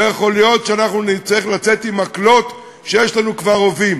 לא יכול להיות שאנחנו נצטרך לצאת עם מקלות כשיש לנו כבר רובים.